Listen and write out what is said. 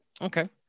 Okay